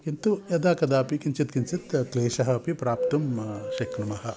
किन्तु यदा कदापि किञ्चित् किञ्चित् क्लेशः अपि प्राप्तुं शक्नुमः